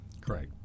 Correct